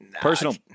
personal